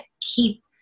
keep